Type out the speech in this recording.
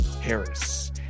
Harris